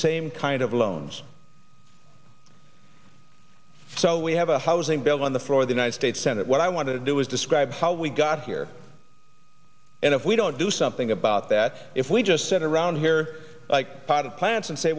same kind of loans so we have a housing bill on the floor the united states senate what i want to do is describe how we got here and if we don't do something about that if we just sit around here like potted plants and say